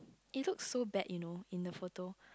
it looks so bad you know in the photo